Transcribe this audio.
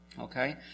Okay